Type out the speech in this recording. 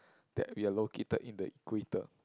that we are located in the Equator